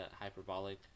hyperbolic